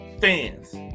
fans